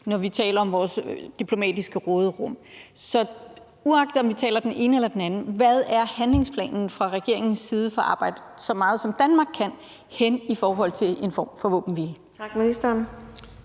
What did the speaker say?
når vi taler om vores diplomatiske råderum. Så uagtet om vi taler om det ene eller det andet, hvad er handlingsplanen fra regeringens side for at arbejde, så meget som Danmark kan, hen mod en form for våbenhvile? Kl.